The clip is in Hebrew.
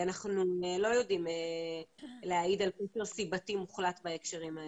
אנחנו לא יודעים להעיד על קשר סיבתי מוחלט בהקשרים האלה.